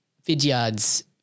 Vidyard's